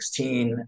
2016